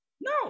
No